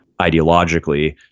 ideologically